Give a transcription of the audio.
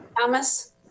Thomas